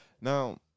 Now